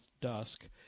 dusk